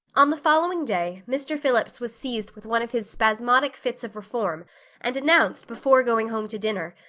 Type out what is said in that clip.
on the following day mr. phillips was seized with one of his spasmodic fits of reform and announced before going home to dinner,